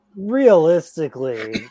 Realistically